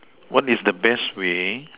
what is the best way